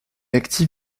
actif